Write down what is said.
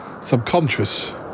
subconscious